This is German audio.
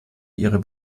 ihrer